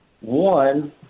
One